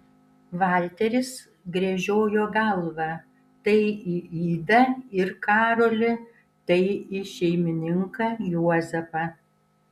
valteris gręžiojo galvą tai į idą ir karolį tai į šeimininką juozapą